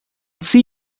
see